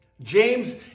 James